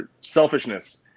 selfishness